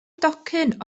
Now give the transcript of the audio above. docyn